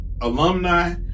alumni